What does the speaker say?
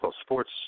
sports